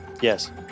Yes